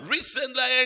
Recently